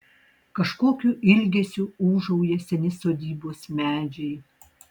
kažkokiu ilgesiu ūžauja seni sodybos medžiai